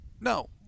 no